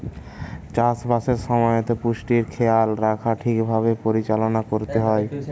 চাষ বাসের সময়তে পুষ্টির খেয়াল রাখা ঠিক ভাবে পরিচালনা করতে হয়